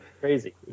Crazy